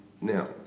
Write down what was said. Now